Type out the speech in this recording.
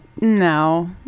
No